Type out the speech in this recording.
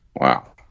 Wow